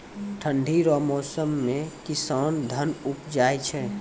ठंढी रो मौसम मे किसान धान उपजाय छै